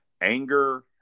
anger